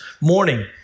morning